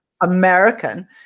American